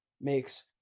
makes